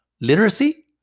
literacy